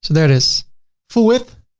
so there is full width.